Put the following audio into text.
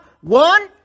one